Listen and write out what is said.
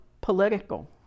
political